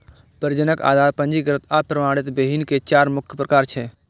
प्रजनक, आधार, पंजीकृत आ प्रमाणित बीहनि के चार मुख्य प्रकार छियै